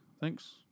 Thanks